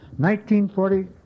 1940